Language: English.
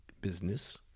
business